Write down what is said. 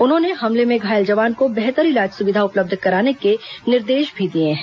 उन्होंने हमले में घायल जवान को बेहतर इलाज सुविधा उपलब्ध कराने के निर्देश भी दिए हैं